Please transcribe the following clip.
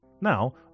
Now